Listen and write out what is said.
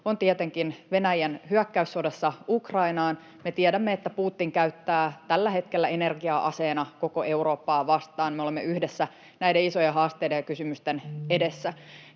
on tietenkin Venäjän hyökkäyssodassa Ukrainaan. Me tiedämme, että Putin käyttää tällä hetkellä energiaa aseena koko Eurooppaa vastaan. Me olemme yhdessä näiden isojen haasteiden ja kysymysten edessä.